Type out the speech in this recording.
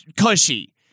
cushy